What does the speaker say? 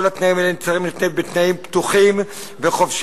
כל התנאים האלה מוצע שיהיו בתנאים פתוחים וחופשיים,